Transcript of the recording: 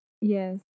Yes